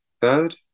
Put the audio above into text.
third